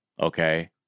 Okay